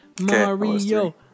Mario